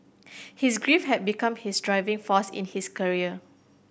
his grief have become his driving force in his career